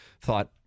thought